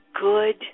good